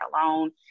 alone